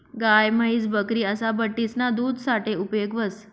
गाय, म्हैस, बकरी असा बठ्ठीसना दूध साठे उपेग व्हस